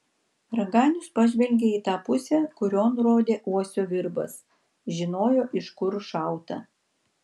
raganius pažvelgė į tą pusę kurion rodė uosio virbas žinojo iš kur šauta